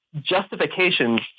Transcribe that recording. justifications